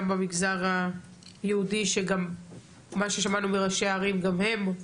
במגזר היהודי שגם מה ששמענו מראשי הערים גם הם,